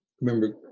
Remember